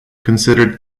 considered